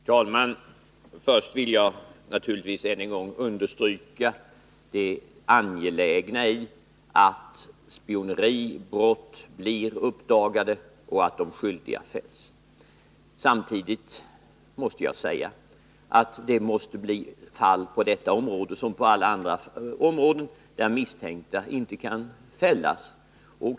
Herr talman! Först vill jag naturligtvis än en gång understryka det angelägna i att spioneribrott blir uppdagade och att de skyldiga fälls. renas SE Samtidigt måste jag säga att det på detta område som på alla andra måste förekomma fall där misstänkta inte kan fällas.